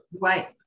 Right